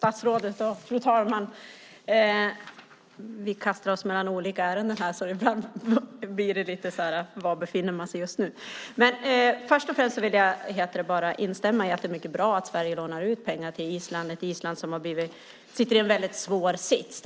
Fru talman! Jag tackar statsrådet. Först och främst vill jag instämma i att det är mycket bra att Sverige lånar ut pengar till ett Island som sitter i en väldigt svår sits.